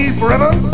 forever